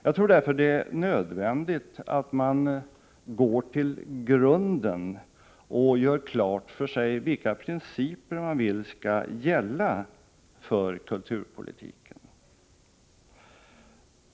Jag tror därför att det är nödvändigt att man går till grunden och gör klart för sig vilka principer man vill skall gälla för kulturpolitiken.